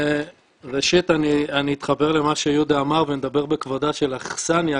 ראשית אני אתחבר למה שיהודה אמר ונדבר בכבודה של אכסניה.